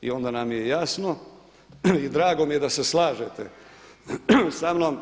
I onda nam je i jasno i drago mi je da se slažete samnom.